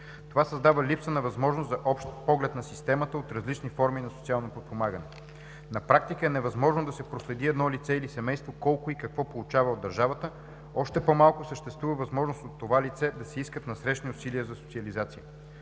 Това създава липса на възможност за общ поглед на системата от различни форми на социално подпомагане и на практика е невъзможно да се проследи едно лице или семейство колко и какво получава от държавата, а още по-малко съществува възможност да се искат насрещни усилия за социализация